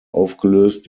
aufgelöst